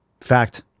Fact